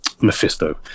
Mephisto